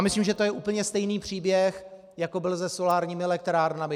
Myslím si, že to je úplně stejný příběh, jako byl se solárními elektrárnami.